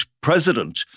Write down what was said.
president